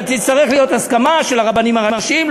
אבל תצטרך להיות הסכמה של הרבנים הראשיים.